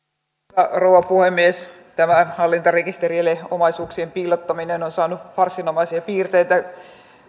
arvoisa rouva puhemies tämä hallintarekisterille omaisuuksien piilottaminen on on saanut farssinomaisia piirteitä